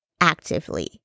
actively